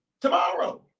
Tomorrow